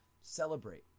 Celebrate